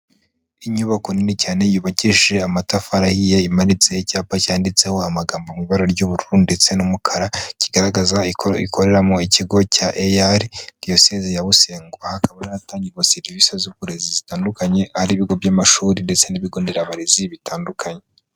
Inyubako nini cyane yubakishije amatafari ahiye imanitseho icyapa cyanditseho amagambo mu ibara ry'ubururu ndetse n'umukara kigaragaza ikoreramo ikigo cya EAR diyosezi ya Busengo hakaba hatangirwa serivisi z'uburezi zitandukanye. Aho ari ibigo by'amashuri ndetse n'ibigo nderabarezi bitandukanye.